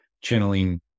channeling